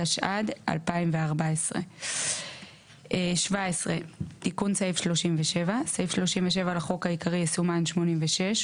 התשע"ד 2014". תיקון סעיף 37 17. סעיף 37 לחוק העיקרי יסומן "86",